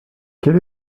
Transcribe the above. quel